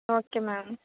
okay ma'am